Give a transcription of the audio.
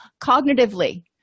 Cognitively